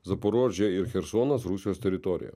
zaporožė chersonas rusijos teritorija